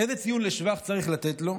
איזה ציון לשבח צריך לתת לו?